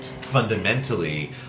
fundamentally